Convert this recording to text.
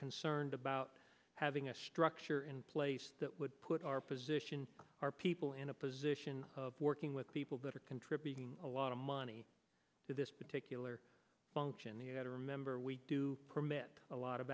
concerned about having a structure in place that would put our position our people in a position of working with people that are contributing a lot of money to this particular function here that remember we do permit a lot of